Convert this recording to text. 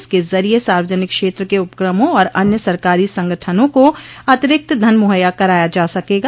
इसके जरिये सार्वजनिक क्षेत्र के उपक्रमों और अन्य सरकारी संगठनों को अतिरिक्त धन मुहैया कराया जा सकेगा